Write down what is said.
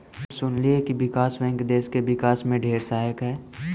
हम सुनलिअई हे विकास बैंक देस के विकास में ढेर सहायक हई